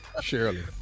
Shirley